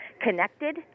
connected